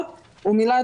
בלי להיכנס